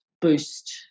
boost